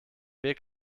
weg